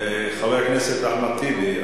חבר הכנסת אחמד טיבי,